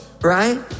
right